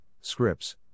scripts